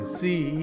see